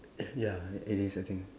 ya it is I think